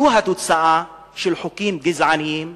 זו התוצאה של חוקים גזעניים.